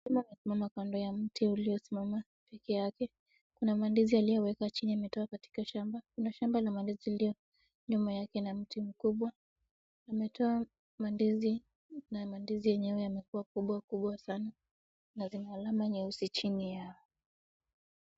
Mtu amesimama kando ya mti uliosimama pekee yake kuna mandizi aliyoweka chini ametoa katika shamba. Kuna shamba la mandizi iliyo nyuma yake na mti mkubwa umetoa mandizi na mandizi yenyewe yamekua kubwa kubwa sana na zina alama nyeusi chini yao.